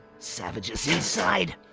savages inside!